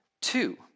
two